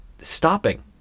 stopping